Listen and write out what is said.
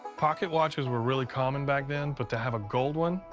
pocket watches were really common back then, but to have a gold one,